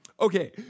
Okay